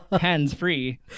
hands-free